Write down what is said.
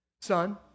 Son